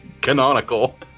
canonical